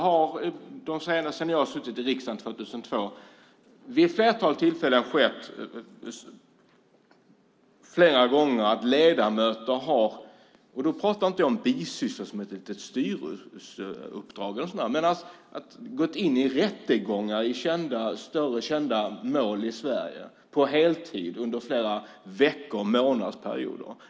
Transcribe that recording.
Jag har suttit i riksdagen sedan 2002, och det har vid ett flertal tillfällen hänt att ledamöter - och då talar jag inte om bisysslor som ett litet styrelseuppdrag - medverkat i rättegångar i större kända mål i Sverige. Det har varit på heltid under veckor och månader.